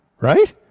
Right